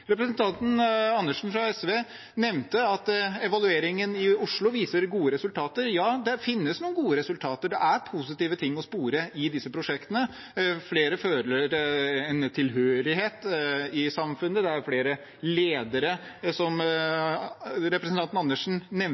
Representanten Andersen fra SV nevnte at evalueringen i Oslo viser gode resultater. Ja, det finnes noen gode resultater, det er positive ting å spore i disse prosjektene. Flere føler en tilhørighet i samfunnet, det er flere ledere, som representanten Andersen nevnte,